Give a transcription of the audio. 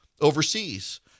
overseas